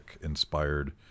inspired